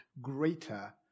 greater